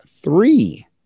three